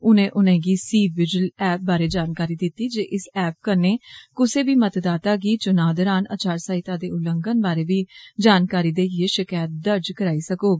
उने उनेंगी बअपहपस चच बारै जानकारी दिती जे इस ऐप कन्नै कुसै बी मतदाता गी चुना दौरान आचार सहिता दे उलंघन बारै बी जानकारी देइयै षकैत दर्ज कराई सकौग